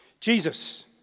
Jesus